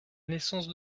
naissance